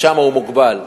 אז שם הוא מוגבל.